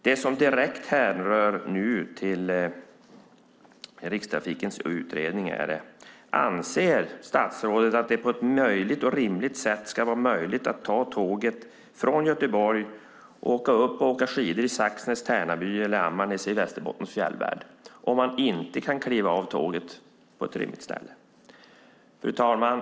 Min fråga har direkt att göra med Rikstrafikens utredning. Anser statsrådet att det ska vara möjligt att ta tåget från Göteborg, åka upp och åka skidor i Saxnäs, Tärnaby eller Ammarnäs i Västerbottens fjällvärld om man inte kan kliva av tåget på ett rimligt ställe? Fru talman!